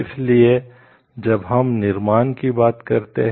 इसलिए जब हम निर्माण की बात करते हैं